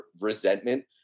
resentment